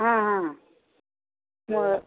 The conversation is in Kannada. ಹಾಂ ಹಾಂ